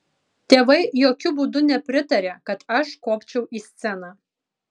tėvai jokiu būdu nepritarė kad aš kopčiau į sceną